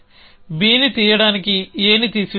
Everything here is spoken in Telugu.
Bని తీయడానికి Aని తీసివేయాలి